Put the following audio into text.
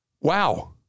Wow